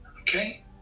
okay